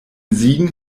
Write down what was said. siegen